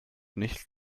nicht